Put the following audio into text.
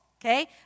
Okay